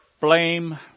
blame